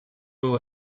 will